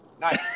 Nice